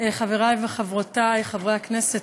חבריי וחברותיי חברי הכנסת,